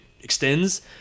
extends